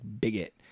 bigot